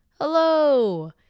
hello